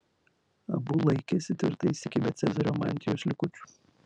abu laikėsi tvirtai įsikibę cezario mantijos likučių